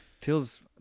Till's